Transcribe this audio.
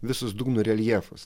visus dugno reljefus